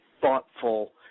thoughtful